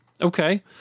Okay